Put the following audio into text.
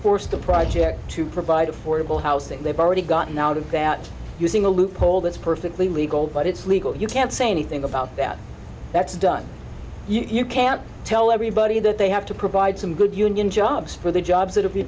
force the project to provide affordable housing they've already gotten out of using a loophole that's perfectly legal but it's legal you can't say anything about that that's done you can't tell everybody that they have to provide some good union jobs for the jobs